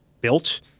built